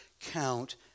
count